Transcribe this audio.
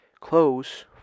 close